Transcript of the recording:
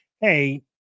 hey